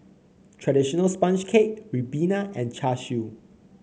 traditional sponge cake ribena and Char Siu